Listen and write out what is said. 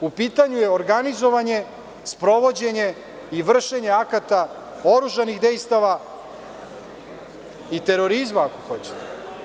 U pitanju je organizovanje, sprovođenje i vršenje akata oružanih dejstava i terorizma, ako hoćete.